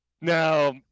Now